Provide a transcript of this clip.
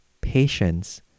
patience